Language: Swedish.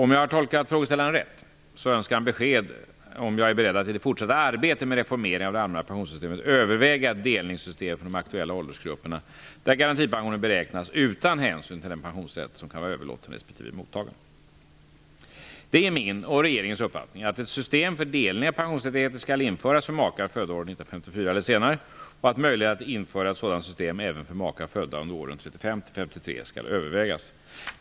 Om jag har tolkat frågeställaren rätt önskar han besked om jag är beredd att i det fortsatta arbetet med reformering av det allmänna pensionssystemet överväga ett delningssystem för de aktuella åldersgrupperna, där garantipensionen beräknas utan hänsyn till den pensionsrätt som kan vara överlåten respektive mottagen. Det är min och regeringens uppfattning att ett system för delning av pensionsrättigheter skall införas för makar födda år 1954 eller senare och att möjligheten att införa ett sådant system även för makar födda under åren 1935--1953 skall övervägas.